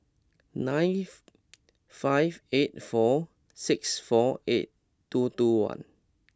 life five eight four six four eight two two one